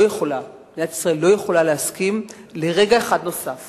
מדינת ישראל לא יכולה להסכים לרגע אחד נוסף